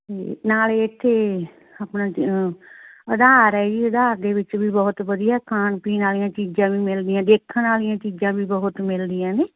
ਨਾਲੇ ਇੱਥੇ ਆਪਣਾ ਆਧਾਰ ਹੈ ਜੀ ਆਧਾਰ ਦੇ ਵਿੱਚ ਵੀ ਬਹੁਤ ਵਧੀਆ ਖਾਣ ਪੀਣ ਵਾਲੀਆਂ ਚੀਜ਼ਾਂ ਵੀ ਮਿਲਦੀਆਂ ਦੇਖਣ ਵਾਲੀਆਂ ਚੀਜ਼ਾਂ ਵੀ ਬਹੁਤ ਮਿਲਦੀਆਂ ਨੇ